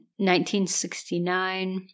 1969